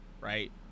right